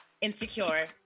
insecure